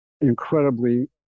incredibly